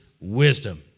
wisdom